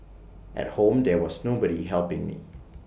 at home there was nobody helping me